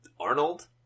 Arnold